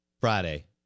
Friday